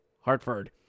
Hartford